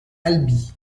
albi